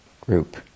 group